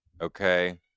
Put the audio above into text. Okay